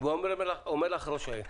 ואומר לך ראש העיר,